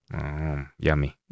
Yummy